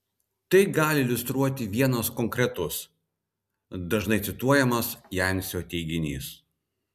tai gali iliustruoti vienas konkretus dažnai cituojamas jancio teiginys